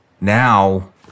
now